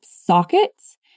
sockets